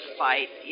fight